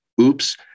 Oops